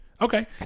Okay